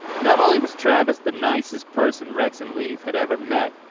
not only was travis the nicest person rex and lead had ever met,